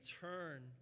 turn